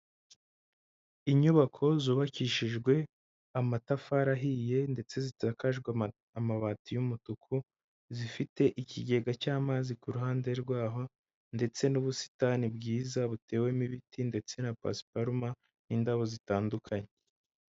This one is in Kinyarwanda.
Inyubako zubakishijwe amatafari ahiye ndetse zisakajwe amabati y'umutuku, zifite ikigega cy'amazi ku ruhande rwaho ndetse n'ubusitani bwiza butewemo ibiti ndetse na pasiparume n'indabo zitandukanye.